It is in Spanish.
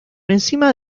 encima